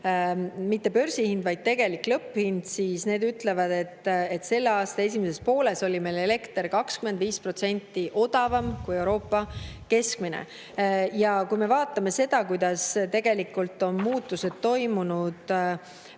– seal on tegelik lõpphind –, siis need ütlevad, et selle aasta esimeses pooles oli meil elekter 25% odavam kui Euroopa keskmine. Ja kui me vaatame seda, kuidas tegelikult on toimunud